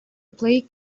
play